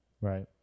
Right